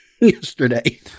yesterday